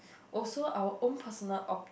also our own personal ob~